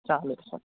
चालेल सर